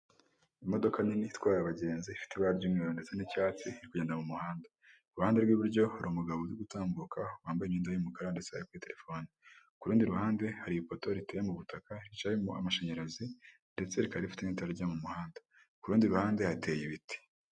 Imodoka nini itwaye abagenzi ifite ibara ry'umweru ndetse n'icyatsi, iri kugenda mu muhanda, ku ruhande rw'iburyo hari umugabo uri gutambuka wambaye imyenda y'umukara ndetse ari terefone, ku rundi ruhande hari ipoto riteye mu butaka riciyeho amashanyarazi ndetse rikaba rifite n'itara ryo mu muhanda, ku rundi ruhande hateye ibiti.